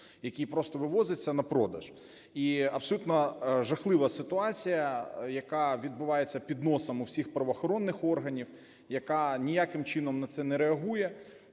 який просто вивозиться на продаж. І абсолютно жахлива ситуація, яка відбувається під носом в усіх правоохоронних органів, яка ніяким чином на це не реагує.